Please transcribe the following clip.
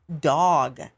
dog